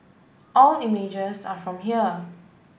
all images are from here